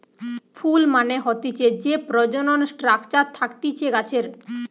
ফুল মানে হতিছে যে প্রজনন স্ট্রাকচার থাকতিছে গাছের